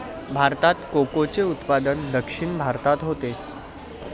भारतात कोकोचे उत्पादन दक्षिण भारतात होते